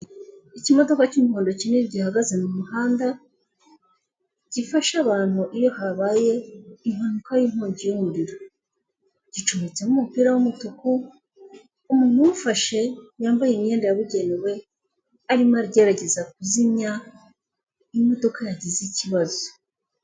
Ikimodoka cy'umuhondo kinini gihagaze mu muhanda, gifasha abantu iyo habaye impanuka y'inkongi y'umuriro, gicometsemo umupira w'umutuku, umuntu uwufashe yambaye imyenda yabugenewe arimo agerageza kuzimya imodoka yagize ikibazo